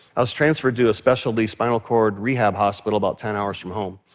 i was transferred to a specialty spinal cord rehab hospital about ten hours from home,